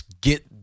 get